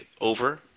over